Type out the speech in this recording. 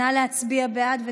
נא להצביע, בעד או